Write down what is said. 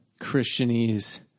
Christianese